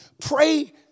Pray